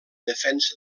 defensa